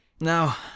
Now